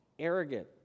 arrogant